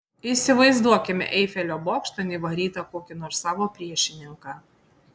įsivaizduokime eifelio bokštan įvarytą kokį nors savo priešininką